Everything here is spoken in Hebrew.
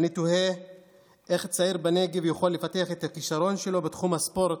אני תוהה איך צעיר בנגב יכול לפתח את הכישרון שלו בתחום הספורט